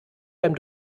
beim